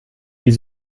wie